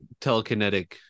telekinetic